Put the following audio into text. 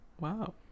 Wow